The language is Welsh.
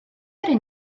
yrru